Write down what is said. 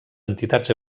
entitats